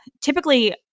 typically